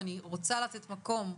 ואני רוצה לתת מקום.